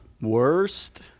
Worst